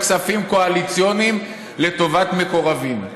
ולא כספים קואליציוניים לטובת מקורבים.